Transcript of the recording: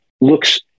looks